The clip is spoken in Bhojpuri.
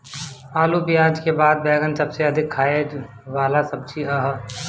आलू पियाज के बाद बैगन सबसे अधिका खाए वाला सब्जी हअ